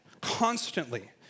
constantly